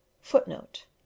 footnote